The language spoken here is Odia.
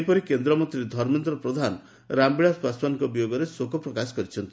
ସେହିପରି କେନ୍ଦ୍ରମନ୍ତ୍ରୀ ଧର୍ମେନ୍ଦ୍ର ପ୍ରଧାନ ରାମବିଳାସ ପାଶ୍ୱାନଙ୍କ ବିୟୋଗରେ ଶୋକ ପ୍ରକାଶ କରିଛନ୍ତି